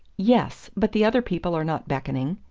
yes but the other people are not beckoning.